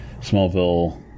Smallville